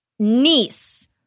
niece